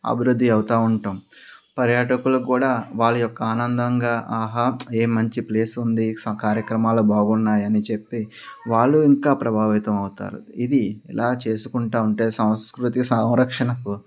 అభివృద్ధి అవుతూ ఉంటాం పర్యాటకులు కూడా వాళ్ళ యొక్క ఆనందంగా ఆహా ఏ మంచి ప్లేస్ ఉంది కార్యక్రమాలు బాగున్నాయని చెప్పి వాళ్ళు ఇంకా ప్రభావితం అవుతారు ఇది ఇలా చేసుకుంటూ ఉంటే సంస్కృతిక సంరక్షణకు